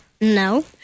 no